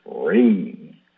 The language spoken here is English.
free